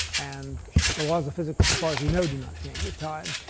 and the laws of physics, as far as we know, do not change with time.